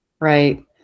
right